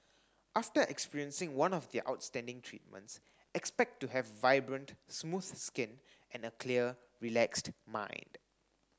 after experiencing one of their outstanding treatments expect to have vibrant smooth skin and a clear relaxed mind